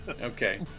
Okay